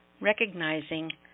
Recognizing